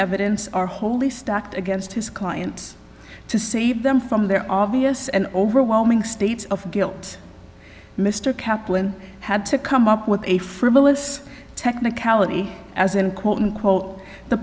evidence are wholly stacked against his client to save them from their obvious and overwhelming states of guilt mr kaplan had to come up with a frivolous technicality as in quote unquote the